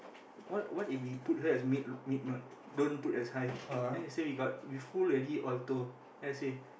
what what if we put her as mid mid note don't put as high then he say we got we full already auto then I say